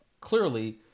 clearly